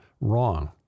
wrong